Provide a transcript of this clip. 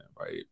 right